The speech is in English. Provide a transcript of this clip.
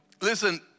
Listen